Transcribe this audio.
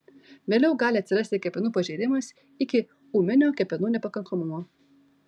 vėliau gali atsirasti kepenų pažeidimas iki ūminio kepenų nepakankamumo